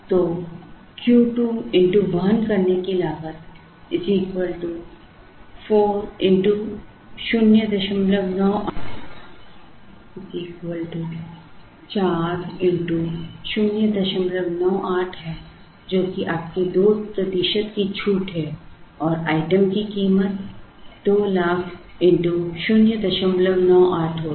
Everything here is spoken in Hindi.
तो Q 2 x वहन करने की लागत 4 x 098 है जो कि आपके 2 प्रतिशत की छूट है और आइटम की कीमत 200000 x 098 होगी